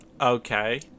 Okay